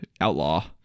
outlaw